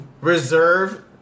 reserve